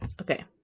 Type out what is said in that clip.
Okay